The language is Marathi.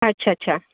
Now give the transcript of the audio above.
अच्छा अच्छा